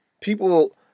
people